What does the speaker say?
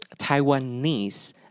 Taiwanese